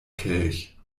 kelch